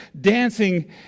dancing